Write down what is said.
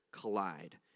collide